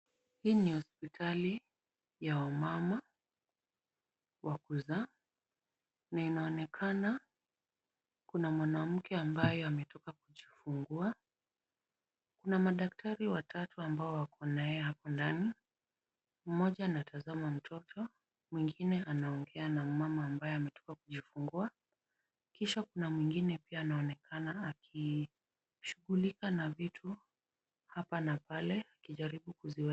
Hii ni hospitali ya wamama wa kuzaa na inaonekana kuna mwanamke ambaye ametoka kujifungua. Kuna madaktari watatu ambao wako naye hapo ndani. Mmoja anatazama mtoto, mwingine anaongea na mmama ambaye ametoka kujifungua. Kisha kuna mwingine pia anaonekana akishughulika na vitu hapa na pale akijaribu kuziweka.